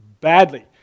badly